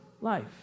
life